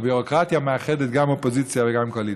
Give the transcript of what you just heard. והביורוקרטיה מאחדת גם אופוזיציה וגם קואליציה.